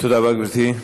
תודה רבה, גברתי.